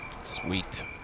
Sweet